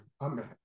amen